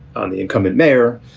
um the incumbent mayor,